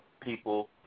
people